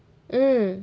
mm